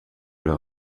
leur